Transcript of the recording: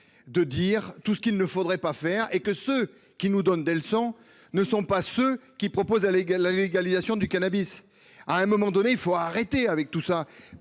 le temps ce qu'il ne faudrait pas faire, et que ceux qui nous donnent des leçons sont ceux-là mêmes qui proposent la dépénalisation du cannabis ! À un moment donné, il faut arrêter avec tout